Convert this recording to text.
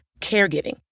caregiving